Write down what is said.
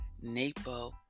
NAPO